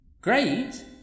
Great